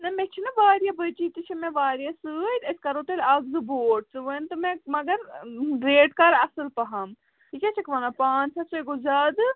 نَہ مےٚ چھِنَہ واریاہ بٔچی تہِ چھِ مےٚ واریاہ سۭتۍ أسۍ کَرو تیٚلہِ اَکھ زٕ بوٹ ژٕ وَن تہٕ مےٚ مگر ریٹ کَر اَصٕل پَہَم یہِ کیٛاہ چھَکھ وَنان پانٛژھ ہَتھ سُہ ہے گوٚو زیادٕ